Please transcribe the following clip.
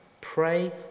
Pray